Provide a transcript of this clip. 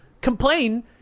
complain